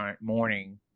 morning